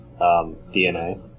DNA